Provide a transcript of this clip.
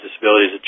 disabilities